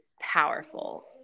powerful